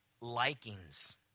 likings